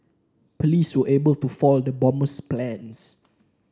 police were able to foil the bomber's plans